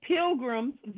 Pilgrim's